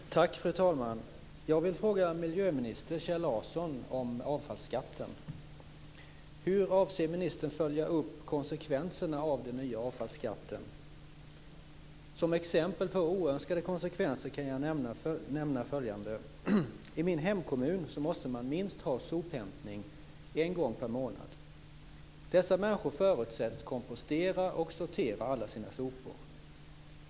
Fru talman! Jag vill ställa en fråga till miljöminister Kjell Larsson om avfallsskatten. Hur avser ministern att följa upp konsekvenserna av den nya avfallsskatten? Som exempel på oönskade konsekvenser kan jag nämna följande: I min hemkommun måste man ha sophämtning minst en gång per månad. Människorna förutsätts kompostera och sortera alla sina sopor.